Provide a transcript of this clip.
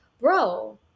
bro